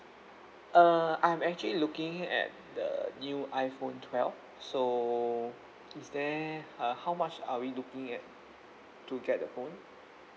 uh I'm actually looking at the new iphone twelve so is there uh how much are we looking at to get the phone